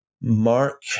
Mark